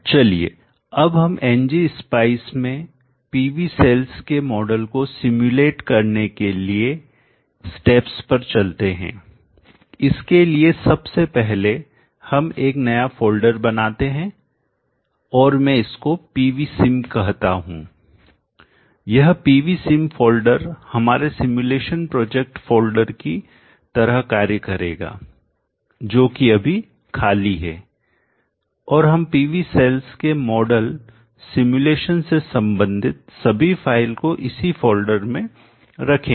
चलिए अब हम ng spice में PV सेल्स के मॉडल को सिम्युलेट करने के लिए स्टेप्स पर चलते हैं इसके लिए सबसे पहले हम एक नया फोल्डर बनाते हैं और मैं इसको PV sim कहता हूं यह PV sim फोल्डर हमारे सिमुलेशन प्रोजेक्ट फोल्डर की तरह कार्य करेगाजो कि अभी खाली है और हम PV सेल्स के मॉडल सिमुलेशन से संबंधित सभी फाइल को इसी फोल्डर में रखेंगे